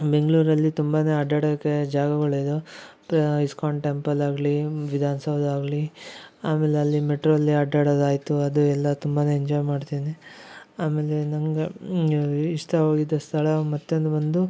ಬೆಂಗಳೂರಲ್ಲಿ ತುಂಬಾನೇ ಅಡ್ಡಾಡೋಕೆ ಜಾಗಗಳು ಇದ್ದಾವೆ ಇಸ್ಕಾನ್ ಟೆಂಪಲ್ ಆಗಲಿ ವಿಧಾನಸೌದ ಆಗಲಿ ಆಮೇಲೆ ಅಲ್ಲಿ ಮೆಟ್ರೋ ಅಲ್ಲಿ ಅಡ್ಡಾಡೋದು ಆಯಿತು ಅದು ಎಲ್ಲಾ ತುಂಬಾನೇ ಎಂಜಾಯ್ ಮಾಡ್ತೀನಿ ಆಮೇಲೆ ನಂಗೆ ಇಷ್ಟವಾಗಿದ ಸ್ಥಳ ಮತ್ತು ಒಂದು ಬಂದು